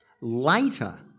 Later